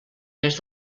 més